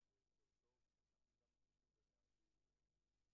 כל מחזור חודשי של ניסיון להרות אני נאלצת